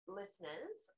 listeners